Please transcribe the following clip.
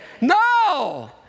No